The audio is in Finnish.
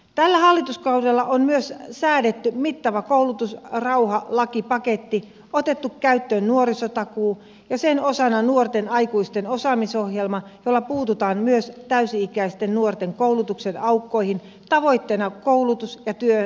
tällä hallituskaudella on myös säädetty mittava koulutusrauhalakipaketti otettu käyttöön nuorisotakuu ja sen osana nuorten aikuisten osaamisohjelma jolla puututaan myös täysi ikäisten nuorten koulutuksen aukkoihin tavoitteena koulutuksen ja työn löytäminen